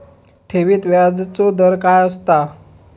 ठेवीत व्याजचो दर काय असता?